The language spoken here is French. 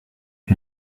est